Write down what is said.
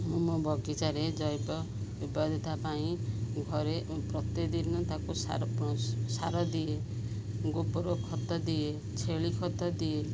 ମୁଁ ମୋ ବଗିଚାରେ ଜୈବ ପାଇଁ ଘରେ ପ୍ରତିଦିନ ତାକୁ ସାର ସାର ଦିଏ ଗୋବର ଖତ ଦିଏ ଛେଳି ଖତ ଦିଏ